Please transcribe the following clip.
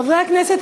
חברי הכנסת,